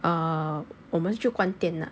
uh 我们就关电 ah